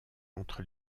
entre